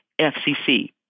FCC